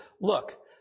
look